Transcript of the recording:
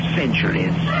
centuries